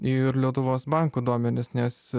ir lietuvos banko duomenys nes